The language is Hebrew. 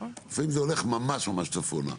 לפעמים ז הולך ממש ממש צפונה.